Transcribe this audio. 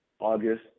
August